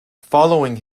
following